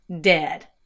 dead